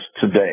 today